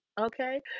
Okay